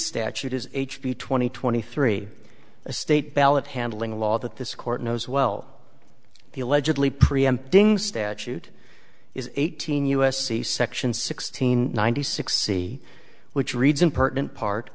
statute is h b twenty twenty three a state ballot handling a law that this court knows well the allegedly preempting statute is eighteen u s c section sixteen ninety six c which reads impertinent part